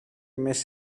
miss